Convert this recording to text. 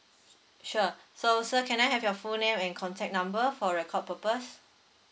sure so sir can I have your full name and contact number for record purpose